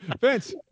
Vince